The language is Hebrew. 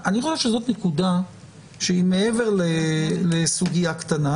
אני חושב שזאת נקודה שהיא מעבר לסוגיה קטנה.